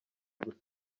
gusa